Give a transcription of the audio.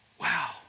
wow